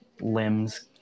limbs